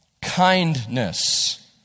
Kindness